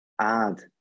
add